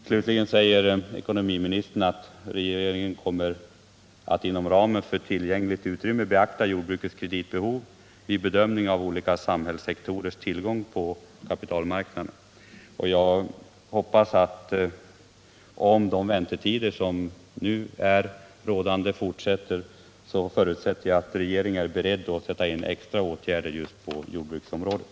Slutligen säger ekonomiministern: ”Regeringen kommer emellertid självfallet att inom ramen för tillgängligt utrymme beakta jordbrukets kreditbehov vid bedömningen av olika samhällssektorers tillgång till kapitalmarknaden.” Om vi även i fortsättningen skall ha så långa väntetider som nu, förutsätter jag att regeringen är beredd att sätta in extra åtgärder just på jordbruksområdet.